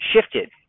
shifted